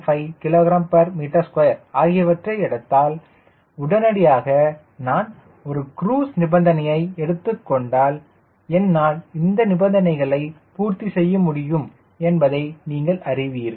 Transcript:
75 kgm2 ஆகியவற்றை எடுத்தால் உடனடியாக நான் ஒரு குரூஸ் நிபந்தனையை எடுத்துக் கொண்டால் என்னால் நிபந்தனைகளை பூர்த்தி செய்ய முடியும் என்பதை நீங்கள் அறிவீர்கள்